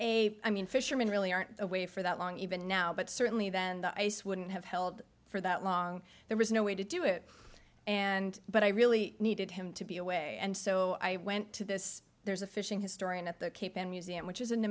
i mean fishermen really aren't away for that long even now but certainly then the ice with have held for that long there was no way to do it and but i really needed him to be away and so i went to this there's a fishing historian at the cape and museum which is an